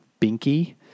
Binky